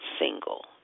single